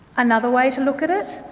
another way to look at it,